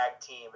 team